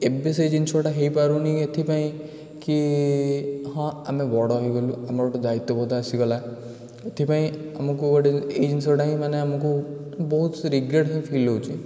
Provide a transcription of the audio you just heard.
ଏବେ ସେ ଜିନିଷଟା ହୋଇପାରୁନି ଏଥିପାଇଁ କି ହଁ ଆମେ ବଡ଼ ହୋଇଗଲୁ ଆମର ଗୋଟେ ଦାୟିତ୍ୱବୋଧ ଆସିଗଲା ଏଥିପାଇଁ ଆମକୁ ଗୋଟେ ଏଇ ଜିନିଷଟା ହିଁ ମାନେ ଆମକୁ ବହୁତ ରିଗ୍ରେଟ୍ ହିଁ ଫିଲ୍ ହେଉଛି